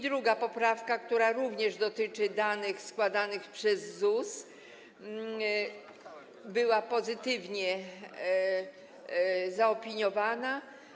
Druga poprawka, która również dotyczy danych przekazywanych przez ZUS, też była pozytywnie zaopiniowana.